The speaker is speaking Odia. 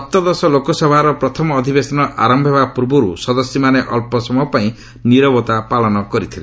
ସପ୍ତଦଶ ଲୋକସଭାର ପ୍ରଥମ ଅଧିବେଶନ ଆରମ୍ଭ ହେବା ପୂର୍ବର୍ତ ସଦସ୍ୟମାନେ ଅଳ୍ପ ସମୟ ପାଇଁ ନିରବତା ପାଳନ କରିଥିଲେ